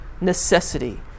necessity